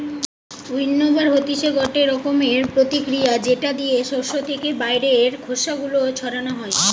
উইন্নবার হতিছে গটে রকমের প্রতিক্রিয়া যেটা দিয়ে শস্য থেকে বাইরের খোসা গুলো ছাড়ানো হয়